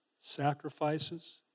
sacrifices